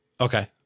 Okay